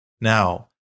Now